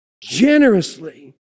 generously